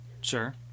Sure